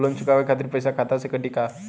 Loan चुकावे खातिर पईसा खाता से कटी का?